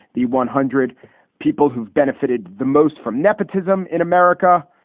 the one hundred people who've benefited the most from nepotism in america.